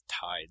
tied